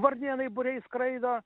varnėnai būriais skraido